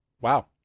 wow